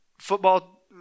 football